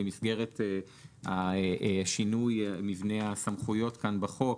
במסגרת שינוי מבנה הסמכויות כאן בחוק,